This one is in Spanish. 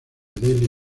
daily